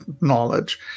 knowledge